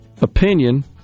opinion